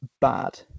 bad